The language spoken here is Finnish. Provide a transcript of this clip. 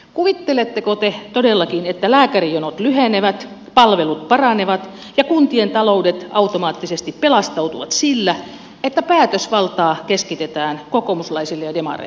kuvitteletteko te todellakin että lääkärijonot lyhenevät palvelut paranevat ja kuntien taloudet automaattisesti pelastautuvat sillä että päätösvaltaa keskitetään kokoomuslaisille ja demareille